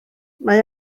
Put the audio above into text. mae